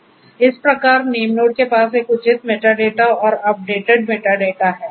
इस प्रकार नेमनोड के पास एक उचित मेटाडेटा और अपडेटड मेटाडेटा है